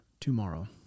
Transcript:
tomorrow